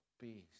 Peace